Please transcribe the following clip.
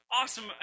awesome